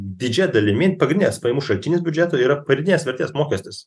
didžia dalimi pagrinės pajamų šaltinis biudžeto yra pirdės vertės mokestis